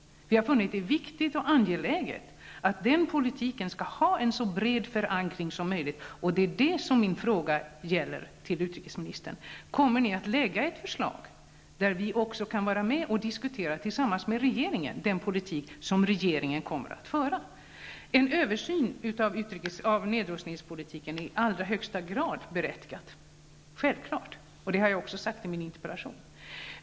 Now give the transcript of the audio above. Vi har funnit det viktigt och angeläget att denna politik skall ha en så bred förankring som möjligt. Det är detta som min fråga till utrikesministern gäller. Kommer regeringen att framlägga ett förslag, så att vi tillsammans med regeringen får möjlighet att diskutera den politik som regeringen avser att föra? En översyn av nedrustningspolitiken är i allra högsta grad berättigad. Det har jag förklarat även i min interpellation.